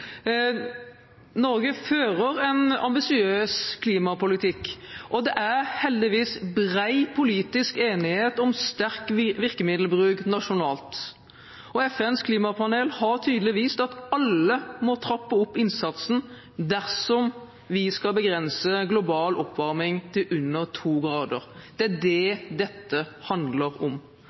Norge fører en ambisiøs klimapolitikk, og det er heldigvis bred politisk enighet om sterk virkemiddelbruk nasjonalt. FNs klimapanel har tydelig vist at alle må trappe opp innsatsen dersom vi skal begrense den globale oppvarmingen til under to grader. Det er det dette handler om.